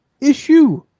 issue